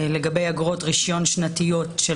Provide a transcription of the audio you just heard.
אף פעם לא קיבלתי אישור נוטריון,